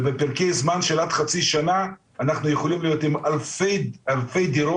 ובפרקי זמן של עד חצי שנה אנחנו יכולים להיות עם אלפי דירות,